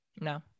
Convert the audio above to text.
no